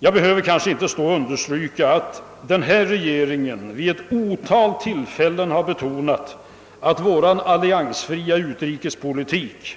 Men det behöver väl inte understrykas att regeringen vid ett otal tillfällen har betonat att vår alliansfria utrikespolitik,